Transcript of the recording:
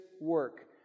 work